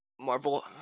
Marvel